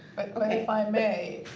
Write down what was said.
if i may,